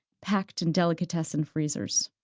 packed in delicatessen freezers.